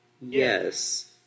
Yes